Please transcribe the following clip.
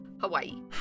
Hawaii